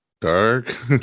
Dark